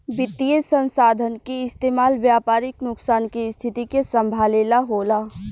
वित्तीय संसाधन के इस्तेमाल व्यापारिक नुकसान के स्थिति के संभाले ला होला